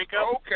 Okay